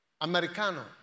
Americano